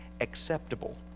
acceptable